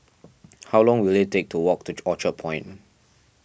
how long will it take to walk to Orchard Point